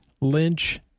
Lynch